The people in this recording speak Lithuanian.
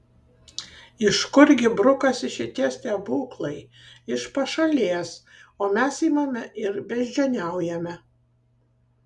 iš kurgi brukasi šitie stebuklai iš pašalės o mes imame ir beždžioniaujame